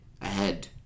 ahead